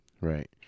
right